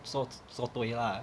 做做对 lah